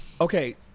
Okay